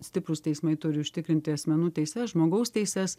stiprūs teismai turi užtikrinti asmenų teises žmogaus teises